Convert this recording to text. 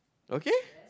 okay